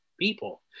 people